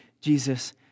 Jesus